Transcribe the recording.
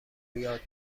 یاد